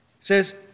says